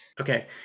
Okay